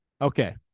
Okay